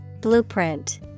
Blueprint